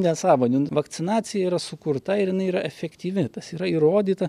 nesąmonių vakcinacija yra sukurta ir jinai yra efektyvi tas yra įrodyta